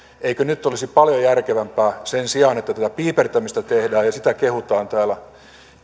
eikö nyt olisi paljon järkevämpää sen sijaan että tätä piipertämistä tehdään ja sitä kehutaan täällä